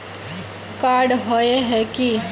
Card होय है की?